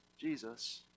Jesus